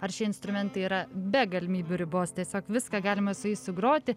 ar šie instrumentai yra be galimybių ribos tiesiog viską galima su jais sugroti